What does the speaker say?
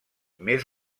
més